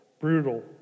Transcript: brutal